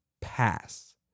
pass